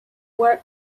were